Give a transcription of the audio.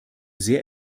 sehr